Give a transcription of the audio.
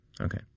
Okay